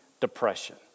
depression